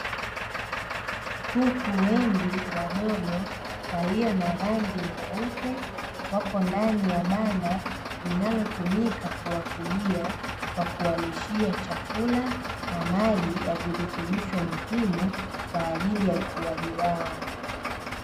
Kuku wengi, wadogo, walio na rangi nyeupe wapo ndani ya banda linalotumika kuwafugia kwa kuwalishia chakula na maji ya virutubisho muhimu kwa ajili ya ukuaji wao.